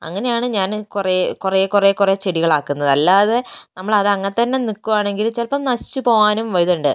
അങ്ങനെ ആണ് ഞാൻ കുറെ കുറെ കുറെ കുറേ ചെടികളാക്കുന്നത് അല്ലാതെ നമ്മൾ അതങ്ങനെത്തന്നെ നിൽക്കുകയാണെങ്കിൽ ചിലപ്പോൾ നശിച്ചു പോവാനും ഇതുണ്ട്